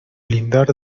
lindar